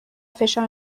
فشار